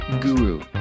guru